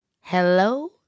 Hello